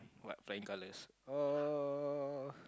what flying colours